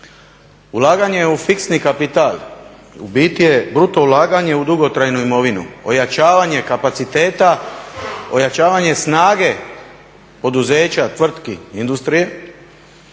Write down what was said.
ulaganje u dugotrajnu imovinu. To ulaganje u dugotrajnu imovinu, ojačavanje kapaciteta, ojačavanje snage poduzeća, tvrtki, industrije